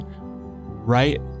right